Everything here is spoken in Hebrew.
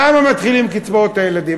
למה מתחילים עם קצבאות הילדים?